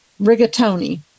rigatoni